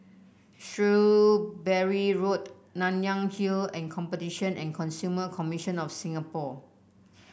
Shrewsbury Road Nanyang Hill and Competition and Consumer Commission of Singapore